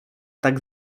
tak